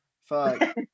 Fuck